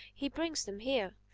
he brings them here,